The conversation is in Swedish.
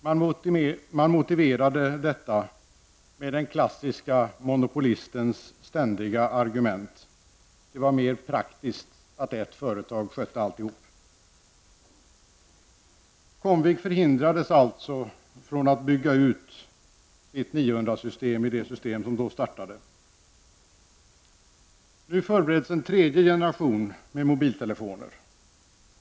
Man motiverade detta med den klassiska monopolistens ständiga argument: det var mer praktiskt att ett företag skötte alltihop. system i det system som då startades. Nu förbereds en tredje generation mobiltelefoner.